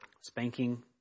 spanking